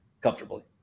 Comfortably